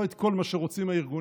לא את כל מה שרוצים הארגונים,